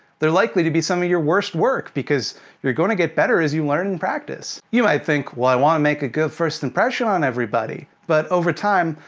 they're likely to be some of your worst work, because you're gonna get better as you learn and practice. you might think well, i wanna make a good first impression on everybody! but over time,